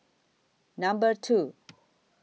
Number two